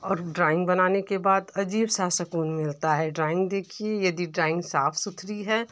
और ड्राइंग बनाने के बाद अजीब सा सुकून मिलता है ड्राइंग देखिए यह डिडाइन साफ़ सुथरी है